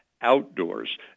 outdoors